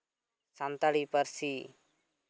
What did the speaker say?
ᱥᱟᱱᱛᱟᱲᱤ ᱯᱟᱹᱨᱥᱤ